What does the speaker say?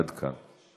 עד כאן.